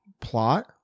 plot